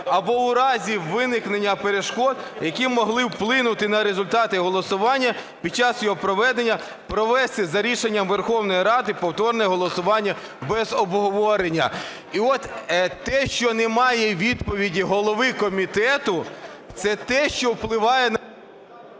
або у разі виникнення перешкод, які могли вплинути на результати голосування під час його проведення, провести за рішенням Верховної Ради повторне голосування без обговорення". І от те, що немає відповіді голови комітету, це те, що впливає...